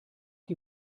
die